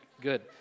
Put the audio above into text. good